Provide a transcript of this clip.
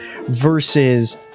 versus